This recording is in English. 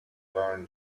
burned